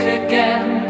again